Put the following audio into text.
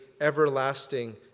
everlasting